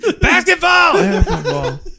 basketball